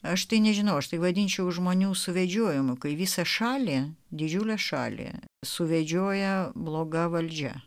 aš tai nežinau aš tai vadinčiau žmonių suvedžiojimu kai visą šalį didžiulę šalį suvedžioja bloga valdžia